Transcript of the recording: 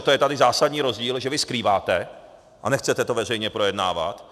To je tady zásadní rozdíl, že vy skrýváte a nechcete to veřejně projednávat.